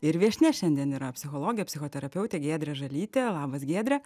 ir viešnia šiandien yra psichologė psichoterapeutė giedrė žalytė labas giedre